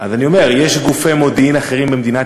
אז אני אומר: יש גופי מודיעין אחרים במדינת